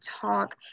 talk